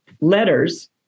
letters